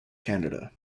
canada